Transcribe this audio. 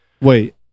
wait